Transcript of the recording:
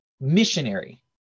missionary